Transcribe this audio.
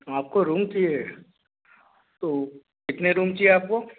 आपको रूम चाहिए तो कितने रूम चाहिए आपको